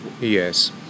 Yes